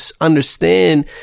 understand